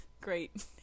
Great